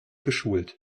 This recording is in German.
geschult